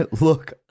look